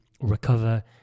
recover